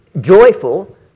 joyful